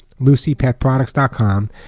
LucyPetProducts.com